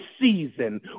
season